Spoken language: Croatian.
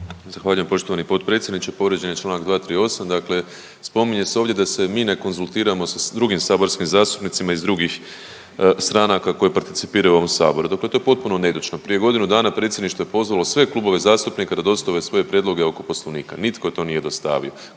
Zahvaljujem poštovani potpredsjedniče. Povrijeđen je čl. 238. Dakle, spominje se ovdje da se mi ne konzultiramo sa drugim saborskim zastupnicima iz drugih stranaka koje participiraju u ovom Saboru. Dakle, to je potpuno netočno. Prije godinu dana predsjedništvo je pozvalo sve klubove zastupnika da dostave svoje prijedloge oko Poslovnika. Nitko to nije dostavio.